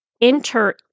enter